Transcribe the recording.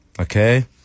Okay